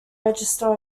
register